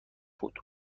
بود